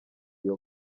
iyo